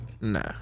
nah